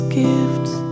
gifts